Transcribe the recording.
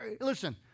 listen